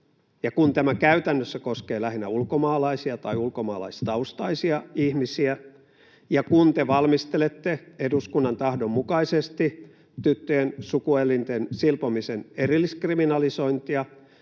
ja kun tämä käytännössä koskee lähinnä ulkomaalaisia tai ulkomaalaistaustaisia ihmisiä ja kun te valmistelette eduskunnan tahdon mukaisesti tyttöjen sukuelinten silpomisen erilliskriminalisointia,